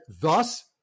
thus